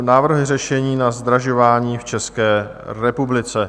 Návrh řešení na zdražování v České republice.